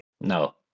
No